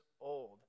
old